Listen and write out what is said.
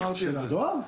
של הדואר?